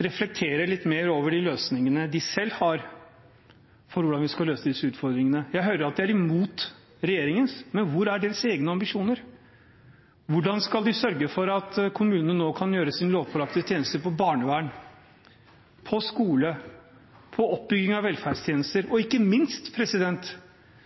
reflektere litt mer over de løsningene de selv har for hvordan vi skal løse disse utfordringene. Jeg hører at de er imot regjeringens, men hvor er deres egne ambisjoner? Hvordan skal de sørge for at kommunene nå kan gjøre sine lovpålagte tjenester på barnevern, på skole, på oppbygging av velferdstjenester? Ikke minst